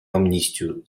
амнистию